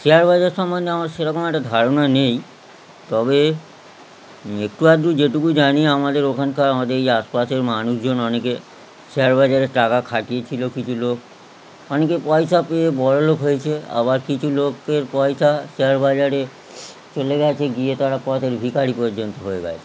share বাজার সম্বন্ধে আমার সেরকম একটা ধারণা নেই তবে একটু আধটু যেটুকু জানি আমাদের ওখানকার আমাদের এই আশপাশের মানুষজন অনেকে শেয়ার বাজারে টাকা খাটিয়েছিলো কিছু লোক অনেকে পয়সা পেয়ে বড়োলোক হয়েছে আবার কিছু লোকের পয়সা শেয়ার বাজারে চলে গেছে গিয়ে তারা পথের ভিখারি পর্যন্ত হয়ে গেছে